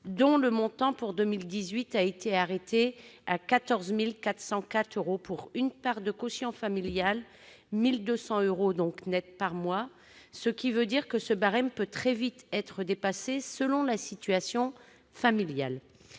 dont le montant pour 2018 a été arrêté à 14 404 euros pour une part de quotient familial, soit 1 200 euros net par mois, ce qui veut dire que ce barème peut très vite être dépassé selon la situation familiale.